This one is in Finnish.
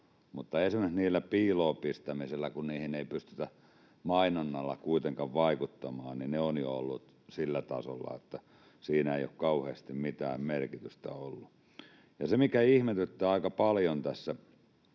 mutta esimerkiksi ne piiloon pistämiset, kun niihin ei pystytä mainonnalla kuitenkaan vaikuttamaan, ovat jo olleet sillä tasolla, että sillä ei ole kauheasti mitään merkitystä ollut. Ja se, mikä ihmetyttää aika paljon tässä